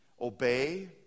obey